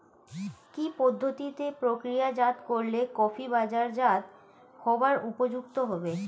কি পদ্ধতিতে প্রক্রিয়াজাত করলে কফি বাজারজাত হবার উপযুক্ত হবে?